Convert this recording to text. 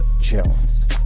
Jones